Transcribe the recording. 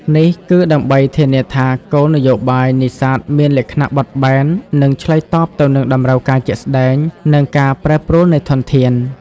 នេះគឺដើម្បីធានាថាគោលនយោបាយនេសាទមានលក្ខណៈបត់បែន និងឆ្លើយតបទៅនឹងតម្រូវការជាក់ស្តែង និងការប្រែប្រួលនៃធនធាន។